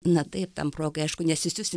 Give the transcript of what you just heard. na taip tam progai aišku nesisiųsi